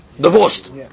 divorced